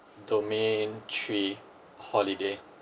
domain three holiday